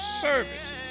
services